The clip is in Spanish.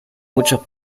muchos